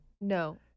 No